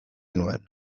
nuen